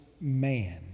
man